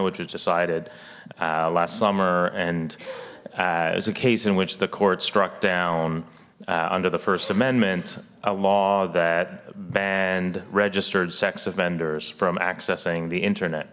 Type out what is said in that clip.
which was decided last summer and as a case in which the court struck down under the first amendment a law that banned registered sex offenders from accessing the internet